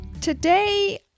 Today